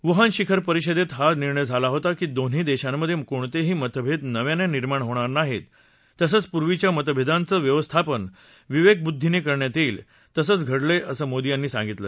Wuhan शिखर परिषदेत हा निर्णय झाला होता की दोन्ही देशांमधे कोणतेही मतभेद नव्याने निर्माण होणार नाहीत तसंच पूर्वीच्या मतभेदांच व्यवस्थापन विवेकबुद्वीने करण्यात येईल आणि तसंच घडलयं असं मोदी यांनी सांगितलं